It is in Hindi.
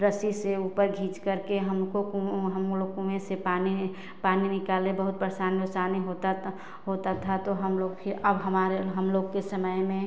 रस्सी से ऊपर खींच कर के हमको हम लोग कुएँ से पानी पानी निकाले बहुत परेशानी ओरसानी होता ता होता था तो हम लोग फिर अब हमारे हम लोग के समय में